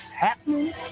happening